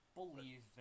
believe